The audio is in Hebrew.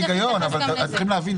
אז צריך להתייחס גם לזה.